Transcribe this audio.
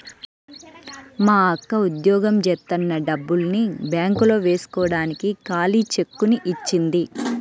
మా అక్క ఉద్యోగం జేత్తన్న డబ్బుల్ని బ్యేంకులో వేస్కోడానికి ఖాళీ చెక్కుని ఇచ్చింది